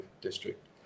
District